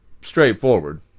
straightforward